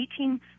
18